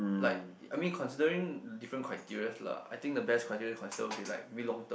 like I mean considering different criteria lah I think the best criteria is consider like maybe long term